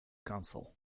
council